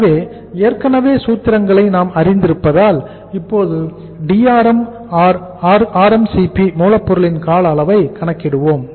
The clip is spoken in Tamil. எனவே ஏற்கனவே சூத்திரங்களை நாம் அறிந்திருப்பதால் இப்போது DRM or RMCP மூலப்பொருளின் கால அளவை கணக்கிடுவோம்